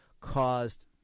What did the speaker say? caused